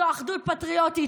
זו אחדות פטריוטית,